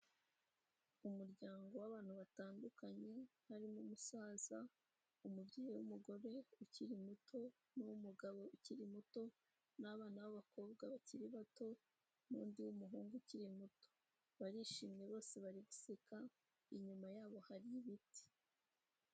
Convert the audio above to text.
Umuryango wabantu batandukanye harimo umusaza, umubyeyi w'umugore ukiri muto, n'umugabo ukiri muto, n'abana b'abakobwa bakiri bato n'undi muhungu ukiri muto, barishimye bose bari guseka, inyuma yabo hari ibiti.